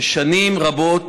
ושנים רבות